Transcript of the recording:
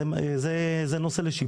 זה נושא לשיפור.